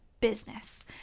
business